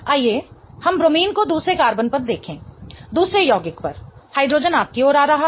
आइए हम ब्रोमीन को दूसरे कार्बन पर देखें दूसरे यौगिक पर हाइड्रोजन आपकी ओर आ रहा है